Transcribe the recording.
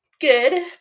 Good